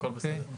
הכול בסדר.